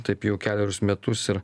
taip jau kelerius metus ir